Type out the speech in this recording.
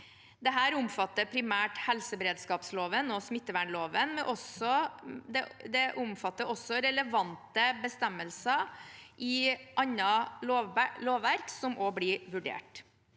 Dette omfatter primært helseberedskapsloven og smittevernloven, men det omfatter også relevante bestemmelser i annet lovverk som også blir vurdert.